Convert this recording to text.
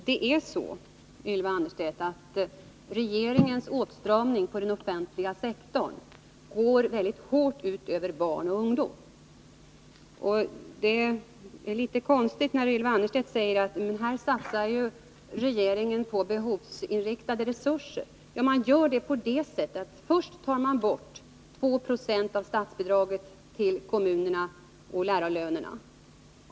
Herr talman! Det är så, Ylva Annerstedt, att regeringens åtstramning av den offentliga sektorn väldigt hårt går ut över barn och ungdom. Det är litet konstigt att säga att regeringen här satsar på behovsinriktade resurser i skolan. Man gör det på så sätt att regeringen först tar bort 2 20 av statsbidraget till kommunerna för lärarlöner.